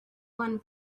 one